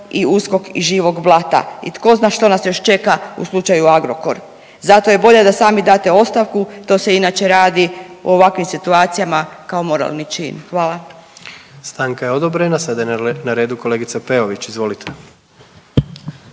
i USKOK iz živog blata i tko zna što nas još čeka u slučaju Agrokor. Zato je bolje da sami date ostavku, to se inače radi u ovakvim situacijama kao moralni čin. Hvala. **Jandroković, Gordan (HDZ)** Stanka je odobrena, sada je na redu kolegica Peović, izvolite.